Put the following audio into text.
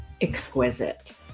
exquisite